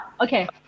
Okay